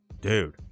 dude